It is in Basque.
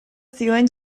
zioen